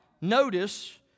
notice